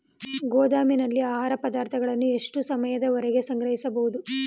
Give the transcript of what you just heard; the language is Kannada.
ಗೋದಾಮಿನಲ್ಲಿ ಆಹಾರ ಪದಾರ್ಥಗಳನ್ನು ಎಷ್ಟು ಸಮಯದವರೆಗೆ ಸಂಗ್ರಹಿಸಬಹುದು?